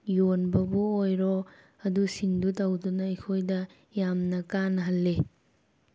ꯌꯣꯟꯕꯕꯨ ꯑꯣꯏꯔꯣ ꯑꯗꯨꯁꯤꯡꯗꯣ ꯇꯧꯗꯨꯅ ꯑꯩꯈꯣꯏꯗ ꯌꯥꯝꯅ ꯀꯥꯟꯅꯍꯜꯂꯤ